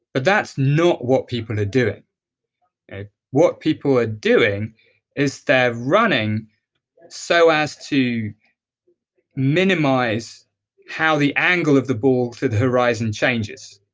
that's not what people are doing. and what people are doing is they're running so as to minimize how the angle of the ball to the horizon changes.